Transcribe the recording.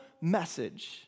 message